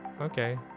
okay